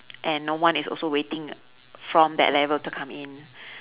and no one is also waiting from that level to come in